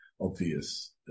obvious